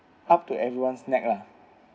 up to everyone's neck lah